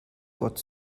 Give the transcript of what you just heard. gott